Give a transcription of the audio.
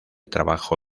trabajo